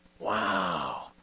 Wow